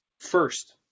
first